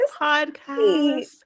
podcast